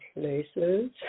places